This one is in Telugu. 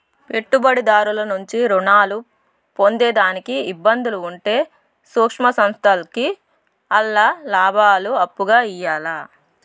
పెట్టుబడిదారుల నుంచి రుణాలు పొందేదానికి ఇబ్బందులు ఉంటే సూక్ష్మ సంస్థల్కి ఆల్ల లాబాలు అప్పుగా ఇయ్యాల్ల